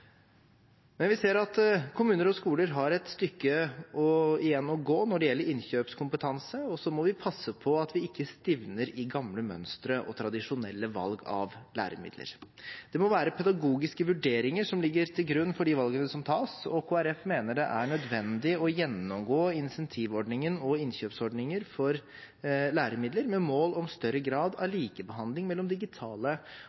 Vi ser at kommuner og skoler har et stykke igjen å gå når det gjelder innkjøpskompetanse, og vi må passe på at vi ikke stivner i gamle mønstre og tradisjonelle valg av læremidler. Det må ligge pedagogiske vurderinger til grunn for de valgene som tas. Kristelig Folkeparti mener det er nødvendig å gjennomgå incentivordningen og innkjøpsordningen for læremidler, med mål om større grad av